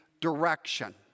direction